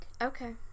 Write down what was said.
Okay